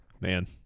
Man